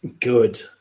Good